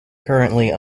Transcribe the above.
currently